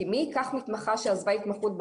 כי מי ייקח מתמחה שעזבה התמחות באמצע,